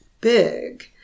big